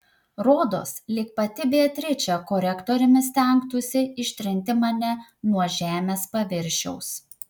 rodos lyg pati beatričė korektoriumi stengtųsi ištrinti mane nuo žemės paviršiaus